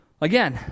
Again